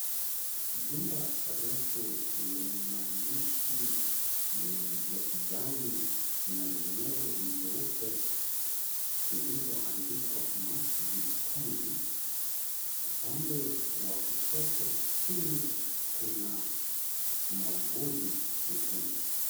Jumba refu yenye maandishi ya kijani na lenyewe ni jeupe, lililoandikwa Masjid Konzi. Upande wa kushoto chini kuna mwavuli mwekundu.